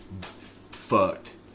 fucked